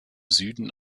süden